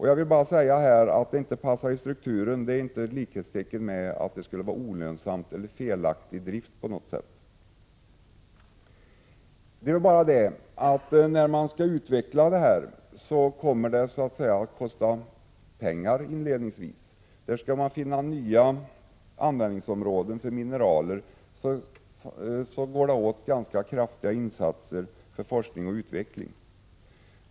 Jag vill bara ha sagt att det inte går att sätta likhetstecken mellan att en verksamhet inte passar in i strukturen och att driften skulle vara olönsam eller felaktig på något sätt. Det är bara det att när man skall utveckla sådant kommer det att kosta pengar inledningsvis. Skall man finna nya användningsområden för mineral, går det åt ganska kraftiga insatser för forskning och utveckling.